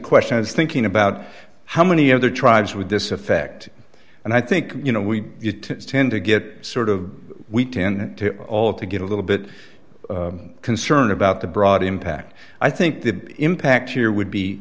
question i was thinking about how many other tribes would this affect and i think you know we tend to get sort of we tend to all to get a little bit concerned about the broad impact i think the impact here would be